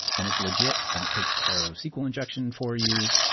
and it's legit and it takes care of sql injection for you,